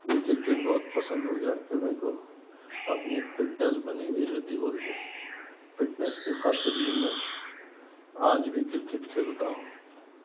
بھی کرکٹ بہت پسند ہو گیا پھر میرے کو اپنی ایک فِٹنس بنی ہوئی رہتی بول کے فِٹنس کی خاطر بھی میں آج بھی کرکٹ کھیلتا ہوں